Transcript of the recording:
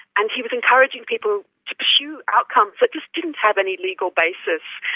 and he was encouraging people to pursue outcomes that this didn't have any legal basis.